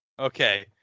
Okay